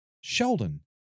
Sheldon